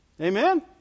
Amen